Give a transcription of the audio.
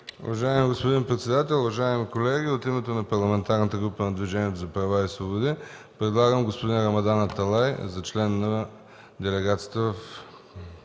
Уважаеми господин председател, уважаеми колеги! От името на Парламентарната група на Движението за права и свободи предлагам господин Рамадан Аталай за член на делегацията в